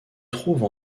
trouve